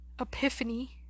epiphany